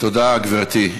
תודה, גברתי.